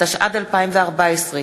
התשע"ד 2014,